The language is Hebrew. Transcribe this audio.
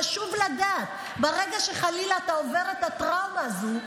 חשוב לדעת: ברגע שחלילה אתה עובר את הטראומה הזו,